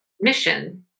mission